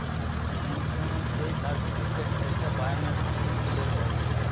পেনসনের যেই সার্টিফিকেট, সেইটা বায়োমেট্রিক দিয়ে দেয়